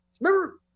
remember